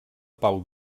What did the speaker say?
pau